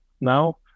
now